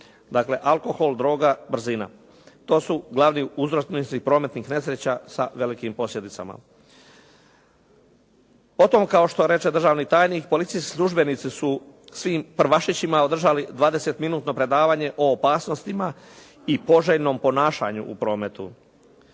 Dakle, alkohol, droga, brzina to su glavni uzročnici prometnih nesreća sa velikim posljedicama. O tom kao što reče državni tajnik policijski službenici su svim prvašićima održali 20 minutno predavanje o opasnostima i poželjnom ponašanju u prometu.